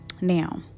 Now